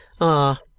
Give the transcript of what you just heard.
Ah